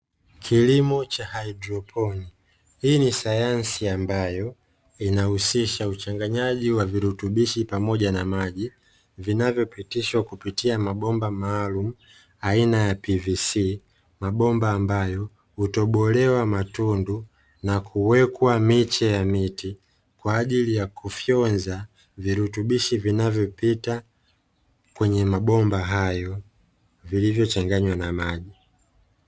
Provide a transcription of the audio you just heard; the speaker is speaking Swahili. Kilimo cha haidroponi. Hii ni sayansi ambayo inahusisha uchanganyaji wa virutubishi pamoja na maji, vinavyopitishwa kupitia mabomba maalumu aina ya (pvc); mabomba ambayo hutobolewa matundu na kuwekwa miche ya miti, kwa ajili ya kufyonza virutubishi vinavyopita kwenye mabomba hayo; vilivyochanganywa na maji.